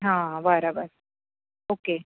હા બરોબર ઓકે